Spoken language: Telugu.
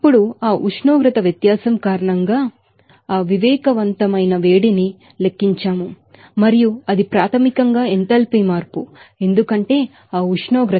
ఇప్పుడు ఆ టెంపరేచర్ డిఫరెన్స్ కారణంగా మేము ఆ వివేకవంతమైన వేడిని లెక్కించాము మరియు ఇది ప్రాథమికంగా ఎంథాల్పీ మార్పు ఎందుకంటే ఆ ఉష్ణోగ్రత